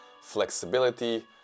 flexibility